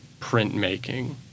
printmaking